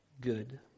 good